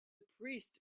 priest